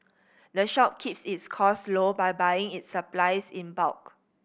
the shop keeps its cost low by buying its supplies in bulk